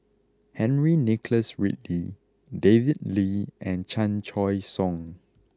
Henry Nicholas Ridley David Lee and Chan Choy Siong